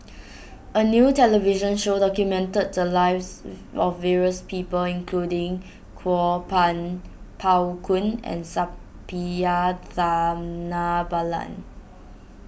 a new television show documented the lives of various people including Kuo Pan Pao Kun and Suppiah Dhanabalan